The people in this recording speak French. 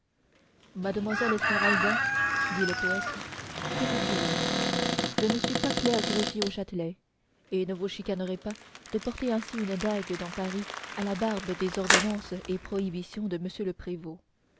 mademoiselle esmeralda dit le poète capitulons je ne suis pas clerc greffier au châtelet et ne vous chicanerai pas de porter ainsi une dague dans paris à la barbe des ordonnances et prohibitions de m le prévôt